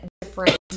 different